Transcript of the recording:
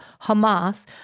Hamas